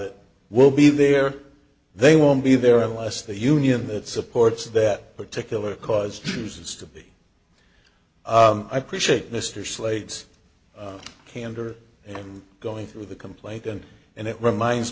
it will be there they won't be there unless the union that supports that particular cause chooses to be i predict mr slade's candor and going through the complaint and and it reminds